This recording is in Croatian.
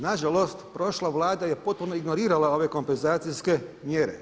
Na žalost, prošla Vlada je potpuno ignorirala ove kompenzacijske mjere.